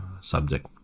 subject